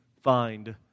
find